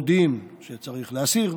מודיעים שצריך להסיר,